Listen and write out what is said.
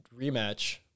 rematch